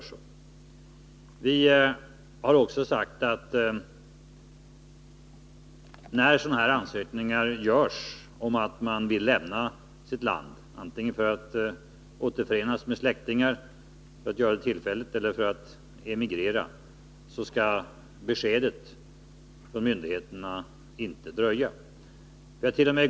Nr 124 Vi har också sagt att när sådana här ansökningar görs om att få lämna ett Tisdagen den land, antingen för att återförenas med släktingar tillfälligt eller för att 20 april 1982 emigrera, skall beskedet från myndigheterna inte dröja. Vi hart.o.m.